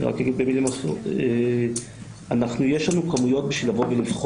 אני רק אגיד שיש לנו כמויות בשביל לבחון